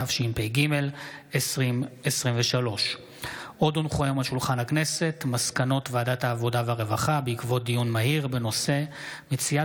התשפ"ג 2023. מסקנות ועדת העבודה והרווחה בעקבות דיון מהיר בהצעתם